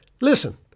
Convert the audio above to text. Listen